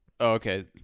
Okay